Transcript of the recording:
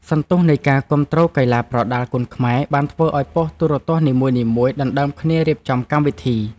សន្ទុះនៃការគាំទ្រកីឡាប្រដាល់គុណខ្មែរបានធ្វើឱ្យប៉ុស្តិ៍ទូរទស្សន៍នីមួយៗដណ្តើមគ្នារៀបចំកម្មវិធី។